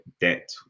debt